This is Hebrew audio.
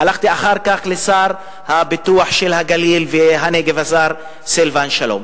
הלכתי אחר כך לשר לפיתוח הגליל והנגב סילבן שלום.